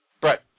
Brett